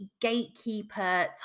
gatekeeper